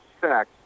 sex